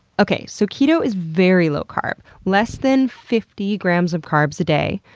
okay, so keto is very low carb, less than fifty grams of carbs a day,